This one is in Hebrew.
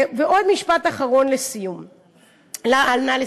ועוד משפט אחרון לסיום, נא לסיים.